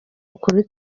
ukuli